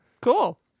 cool